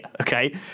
okay